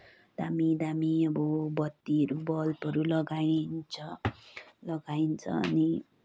दामी दामी अब बत्तीहरू बल्बहरू लगाइन्छ लगाइन्छ अनि